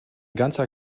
ganzer